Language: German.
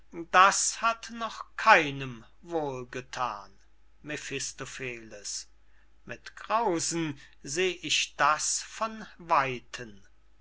das hat noch keinem wohl gethan mephistopheles mit grausen seh ich das von weiten